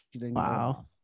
Wow